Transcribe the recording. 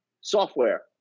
Software